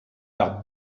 par